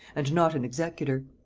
and not an executor.